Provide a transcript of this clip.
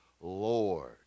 Lord